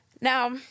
now